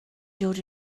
dod